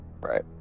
right